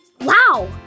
Wow